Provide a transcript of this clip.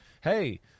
hey